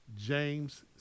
James